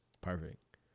perfect